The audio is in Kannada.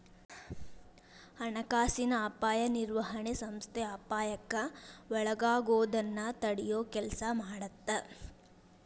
ಹಣಕಾಸಿನ ಅಪಾಯ ನಿರ್ವಹಣೆ ಸಂಸ್ಥೆ ಅಪಾಯಕ್ಕ ಒಳಗಾಗೋದನ್ನ ತಡಿಯೊ ಕೆಲ್ಸ ಮಾಡತ್ತ